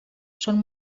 són